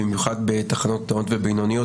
במיוחד בתחנות קטנות ובינוניות,